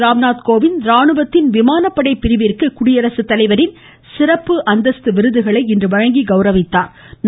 ராம்நாத் கோவிந்த் ராணுவத்தின் விமானப்படை பிரிவிற்கு குடியரசுத்தலைவரின் சிறப்பு அந்தஸ்து விருதை இன்று வழங்கி கௌரவித்தாா்